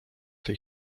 tej